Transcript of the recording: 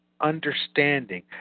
understanding